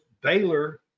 Baylor